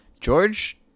George